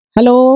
Hello